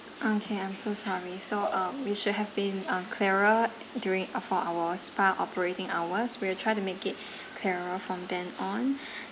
okay I'm so sorry so um we should have been uh clearer during uh for our spa operating hours we will try to make it clearer from then on